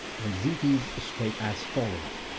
and zetes spake as follows,